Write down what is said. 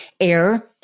air